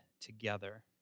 together